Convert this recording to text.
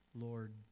Lord